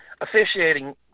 Officiating